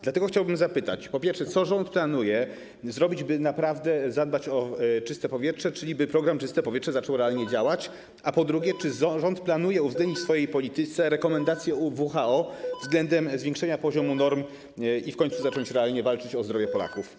Dlatego chciałbym zapytać, po pierwsze, co rząd planuje zrobić, by naprawdę zadbać o czyste powietrze, czyli by program ˝Czyste powietrze˝ zaczął realnie działać, a po drugie, czy rząd planuje uwzględnić w swojej polityce rekomendacje WHO względem zwiększenia poziomu norm i w końcu zacząć realnie walczyć o zdrowie Polaków?